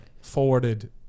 forwarded